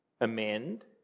amend